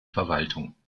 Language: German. verwaltung